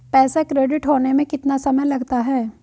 पैसा क्रेडिट होने में कितना समय लगता है?